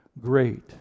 great